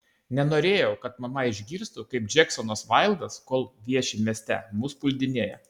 nenorėjau kad mama išgirstų kaip džeksonas vaildas kol vieši mieste mus puldinėja